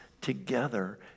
together